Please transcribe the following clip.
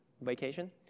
vacation